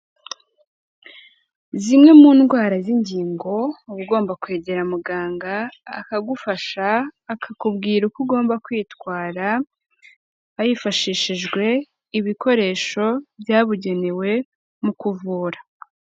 Zimwe mu ndwara z'ingingo, uba ugomba kwegera muganga akagufasha, akakubwira uko ugomba kwitwara hifashishijwe ibikoresho byabugenewe mu kuvura.